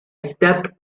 stepped